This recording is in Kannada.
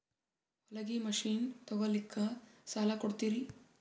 ಹೊಲಗಿ ಮಷಿನ್ ತೊಗೊಲಿಕ್ಕ ಸಾಲಾ ಕೊಡ್ತಿರಿ?